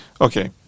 Okay